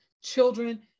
children